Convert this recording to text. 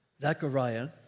Zechariah